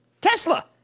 Tesla